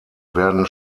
werden